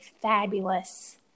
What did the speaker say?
fabulous